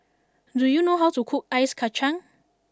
do you know how to cook Ice Kachang